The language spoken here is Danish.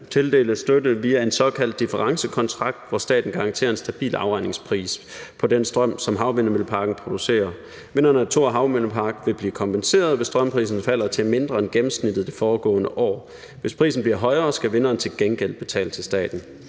tildeles støtte via en såkaldt differencekontrakt, hvor staten garanterer en stabil afregningspris på den strøm, som havvindmølleparken producerer. Vinderen af Thor Havvindmøllepark vil blive kompenseret, hvis strømprisen falder til mindre end gennemsnittet det foregående år. Hvis prisen bliver højere, skal vinderen til gengæld betale til staten.